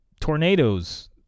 tornadoes